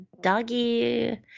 doggy